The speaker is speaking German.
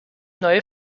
neue